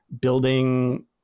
building